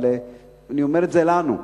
אבל אני אומר את זה לנו.